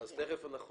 אז תיכף אנחנו נשמע,